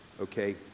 okay